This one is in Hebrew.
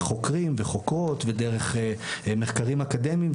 חוקרים וחוקרות ודרך מחקרים אקדמיים,